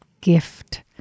gift